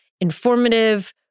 informative